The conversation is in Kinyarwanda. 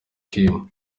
kim